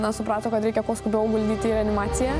na suprato kad reikia kuo skubiau guldyti į reanimaciją